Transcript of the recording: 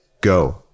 Go